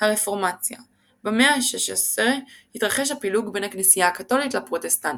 הרפורמציה במאה ה-16 התרחש הפילוג בין הכנסייה הקתולית לפרוטסטנטית.